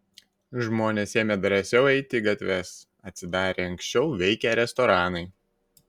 žmonės ėmė drąsiau eiti į gatves atsidarė anksčiau veikę restoranai